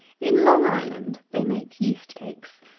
in long island they make yeast-cakes.